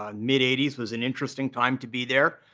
um mid eighty s was an interesting time to be there,